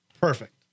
Perfect